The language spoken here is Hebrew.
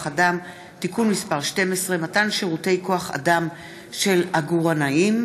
אדם (תיקון מס' 12) (מתן שירותי כוח אדם של עגורנאים),